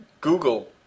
Google